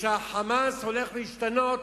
וה"חמאס" הולך להשתנות,